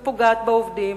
ופוגעת בעובדים,